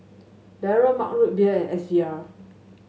Barrel Mug Root Beer and S V R